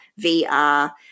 VR